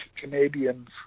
Canadians